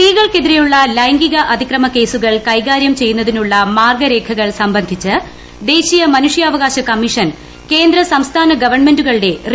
സ്ത്രീകൾക്കെതിരെയുള്ള ലൈംഗിക അതിക്രമ ന് കേസുകൾ കൈകാരൃം ചെയ്യുന്നതിനുള്ള മാർഗ്ഗരേഖകൾ സംബന്ധിച്ച് ദേശീയ മനുഷ്യാവകാശ കമ്മീഷൻ കേന്ദ്ര സംസ്ഥാന ഗവൺമെന്റുകളുടെ റിപ്പോർട്ട് തേടി